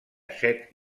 set